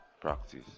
Practice